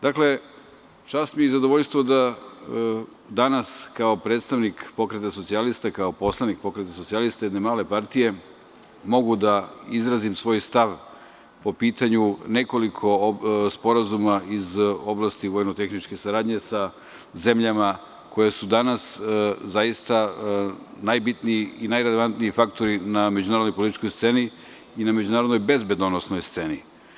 Dakle, čast mi je i zadovoljstvo da danas kao predstavnik Pokreta socijalista, kao poslanik Pokreta socijalista, jedne male partije mogu da izrazim svoj stav po pitanju nekoliko sporazuma iz oblasti vojno-tehničke saradnje sa zemljama koje su danas zaista najbitniji i najrelevantniji faktori na međunarodno-političkoj sceni i na međunarodnoj bezbednosnoj sceni.